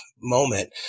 moment